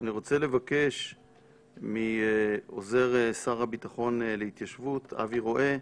אני רוצה לבקש מעוזר שר הביטחון להתיישבות אבי רואה,